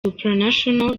supranational